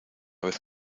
vez